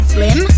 Slim